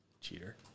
Cheater